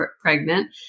pregnant